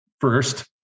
first